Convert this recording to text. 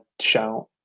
shout